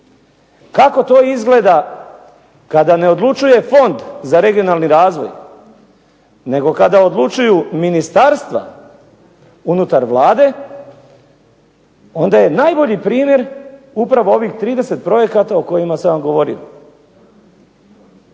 Kako to izgleda kada ne odlučuje Fond za regionalni razvoj, nego kada odlučuju ministarstva unutar Vlade, onda je najbolji primjer upravo ovih 30 projekata o kojima sam vam govorio.